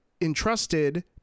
entrusted